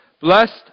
Blessed